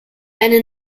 eine